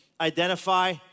identify